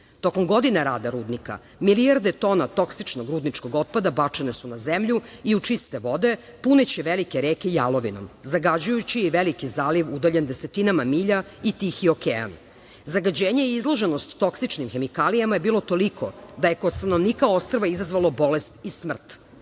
godine rada rudnika milijarde tona toksičnog rudničkog otpada bačene su na zemlju i u čiste vode puneći velike reke jalovinom zagađujući veliki zaliv udaljen desetinama milja i Tihi okean. Zagađenje i izloženost toksičnim hemikalijama je bilo toliko da je kod stanovnika ostrvo izazvalo bolest i smrt.Rio